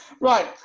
right